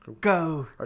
Go